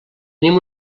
tenim